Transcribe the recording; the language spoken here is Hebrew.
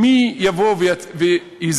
מי יבוא ויזעק